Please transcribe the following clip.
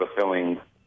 fulfilling